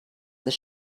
this